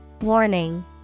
Warning